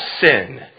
sin